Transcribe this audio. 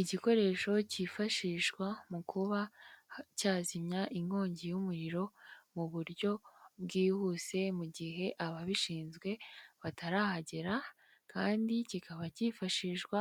Igikoresho cyifashishwa mu kuba cyazimya inkongi y'umuriro mu buryo bwihuse mu gihe ababishinzwe batarahagera kandi kikaba cyifashishwa